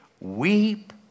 weep